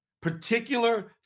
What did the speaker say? particular